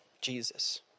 Jesus